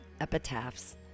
epitaphs